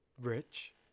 Rich